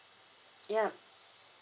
ya